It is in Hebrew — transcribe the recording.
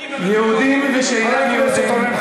יהודים ושאינם יהודים, תפסיק עם המתוקים.